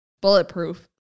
bulletproof